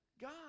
God